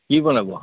কি বনাব